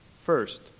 First